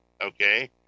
okay